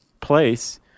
place